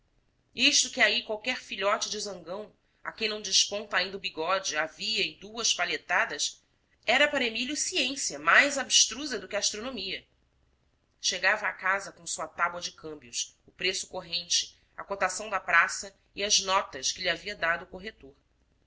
isto que aí qualquer filhote de zangão a quem não desponta ainda o bigode avia em duas palhetadas era para emílio ciência mais abstrusa do que a astronomia chegava a casa com a sua tábua de câmbios o preço corrente a cotação da praça e as notas que lhe havia dado o corretor